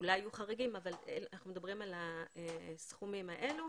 אולי יהיו חריגים אבל אנחנו מדברים על הסכומים האלו.